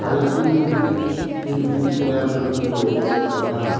साहित्य निर्मी निर्मीती तयार करपी लोक गोंयांत